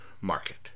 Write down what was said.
market